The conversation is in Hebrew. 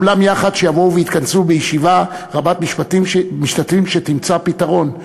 כולם יחד יבואו ויתכנסו בישיבה רבת משתתפים שתמצא פתרון.